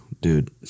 dude